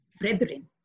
brethren